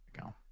go